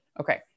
Okay